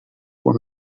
were